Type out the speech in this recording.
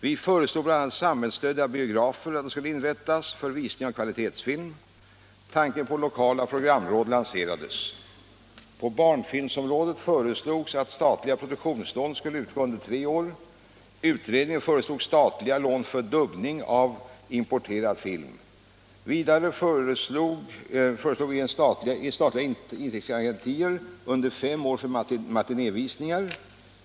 Vi föreslog bl.a. inrättande av samhällsstödda biografer för visning av kvalitetsfilm. Tanken på lokala programråd lanserades. På barnfilmområdet föreslogs att statliga produktionslån skulle utgå under tre år. Utredningen föreslog statliga lån för dubbning av importerad film. Vidare föreslog vi statliga intäktsgarantier under fem år för matinévisningar.